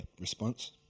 response